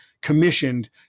commissioned